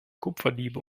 kupferdiebe